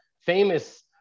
famous